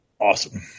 Awesome